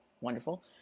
wonderful